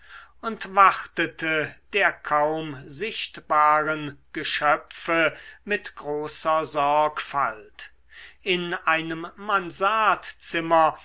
und wartete der kaum sichtbaren geschöpfe mit großer sorgfalt in einem